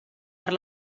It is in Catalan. per